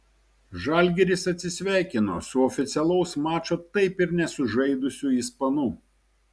žalgiris atsisveikino su oficialaus mačo taip ir nesužaidusiu ispanu